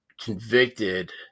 convicted